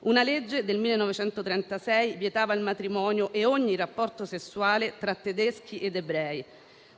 Una legge del 1936 vietava il matrimonio e ogni rapporto sessuale tra tedeschi ed ebrei.